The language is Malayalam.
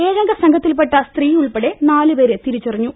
ഏഴംഗസംഘത്തിൽ പെട്ട സ്ത്രീ ഉൾപ്പടെ നാല് പേരെ തിരിച്ചറിഞ്ഞു